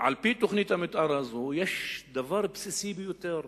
על-פי תוכנית המיתאר הזאת יש דבר בסיסי ביותר,